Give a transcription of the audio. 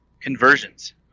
conversions